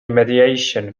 mediation